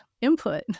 input